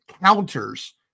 counters